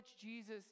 Jesus